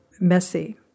messy